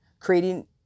creating